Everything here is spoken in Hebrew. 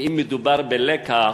ואם מדובר בלקח,